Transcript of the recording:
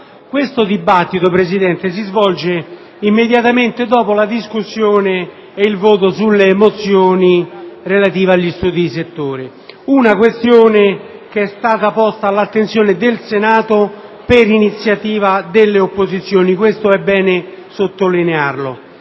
disegno di legge n. 1485 si svolge immediatamente dopo la discussione ed il voto sulle mozioni relative agli studi di settore, questione posta all'attenzione del Senato per iniziativa delle opposizioni. Questo è bene sottolinearlo,